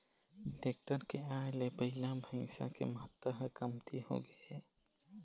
tractor के आए ले बइला, भइसा के महत्ता ह कमती होगे हे